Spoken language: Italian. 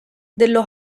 dello